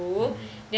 mmhmm